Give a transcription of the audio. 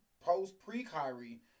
post-pre-Kyrie